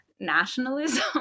nationalism